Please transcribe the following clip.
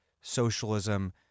socialism